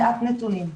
מעט נתונים: